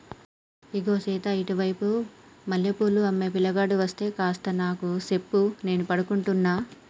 ఇగో సీత ఇటు వైపు మల్లె పూలు అమ్మే పిలగాడు అస్తే కాస్త నాకు సెప్పు నేను పడుకుంటున్న